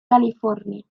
california